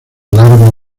largo